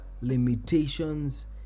limitations